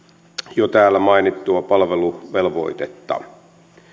jo täällä mainittua palveluvelvoitetta